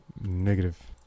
Negative